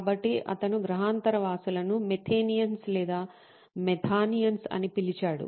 కాబట్టి అతను గ్రహాంతరవాసులను మెథానియన్స్ లేదా మెథానియన్స్ అని పిలిచాడు